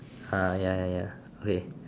uh ya ya ya okay